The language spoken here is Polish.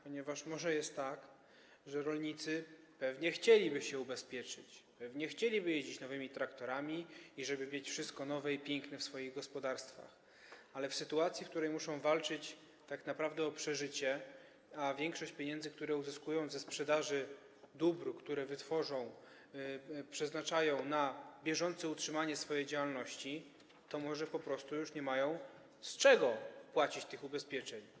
Ponieważ może jest tak, że rolnicy pewnie chcieliby się ubezpieczyć, pewnie chcieliby jeździć nowymi traktorami i mieć wszystko nowe i piękne w swoich gospodarstwach, ale w sytuacji gdy muszą walczyć tak naprawdę o przeżycie, a większość pieniędzy, które uzyskują ze sprzedaży dóbr, które wytworzą, przeznaczają na bieżące utrzymanie swojej działalności, może po prostu już nie mają z czego opłacać tych ubezpieczeń.